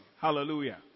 Hallelujah